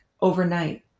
overnight